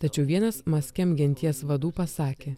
tačiau vienas musqueam genties vadų pasakė